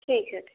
ठीक है